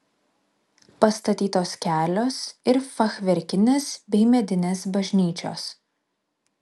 pastatytos kelios ir fachverkinės bei medinės bažnyčios